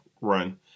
run